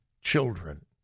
children